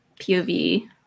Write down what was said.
POV